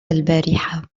البارحة